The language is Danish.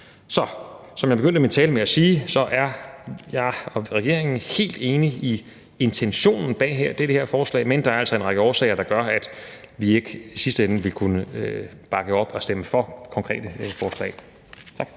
Som jeg begyndte min tale med at sige, så er jeg og regeringen helt enig i intentionen bag det her forslag, men der er altså en række årsager, der gør, at vi ikke i sidste ende vil kunne bakke op og stemme for det konkrete forslag. Tak.